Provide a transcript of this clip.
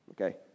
okay